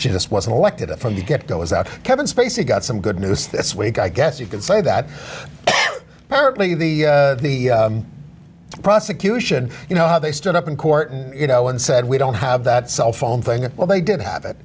she just wasn't elected a from the get go is out kevin spacey got some good news this week i guess you could say that currently the the prosecution you know how they stood up in court and you know and said we don't have that cellphone thing well they did have it